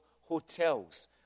hotels